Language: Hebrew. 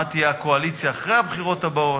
מה תהיה הקואליציה אחרי הבחירות הבאות,